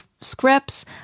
scripts